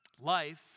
Life